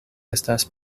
estas